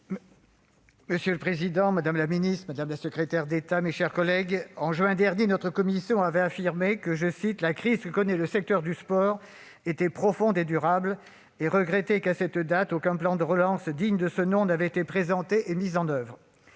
Monsieur le président, madame la ministre, madame la secrétaire d'État, mes chers collègues, en juin dernier, notre commission avait affirmé que « la crise que connaît le secteur du sport était profonde et durable » et regretté qu'à cette date « aucun plan de relance digne de ce nom n'ait été présenté et mis en oeuvre ».